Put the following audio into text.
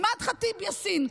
אימאן ח'טיב יאסין,